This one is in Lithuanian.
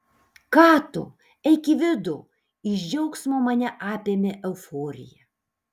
ką tu eik į vidų iš džiaugsmo mane apėmė euforija